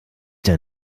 der